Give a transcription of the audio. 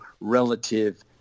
relative